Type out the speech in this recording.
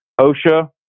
OSHA